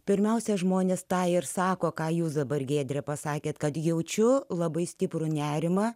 pirmiausia žmonės tą ir sako ką jūs dabar giedre pasakėte kad jaučiu labai stiprų nerimą